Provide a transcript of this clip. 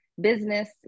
business